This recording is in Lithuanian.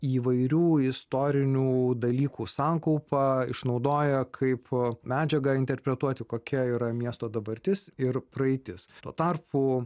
įvairių istorinių dalykų sankaupą išnaudoja kaip medžiagą interpretuoti kokia yra miesto dabartis ir praeitis tuo tarpu